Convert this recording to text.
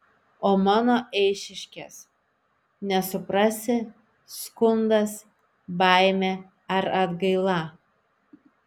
o mano eišiškės nesuprasi skundas baimė ar atgaila